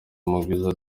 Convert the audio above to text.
mugwiza